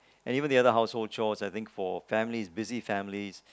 and even the other household chores I think for families busy families